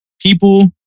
people